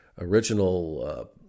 original